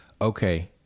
okay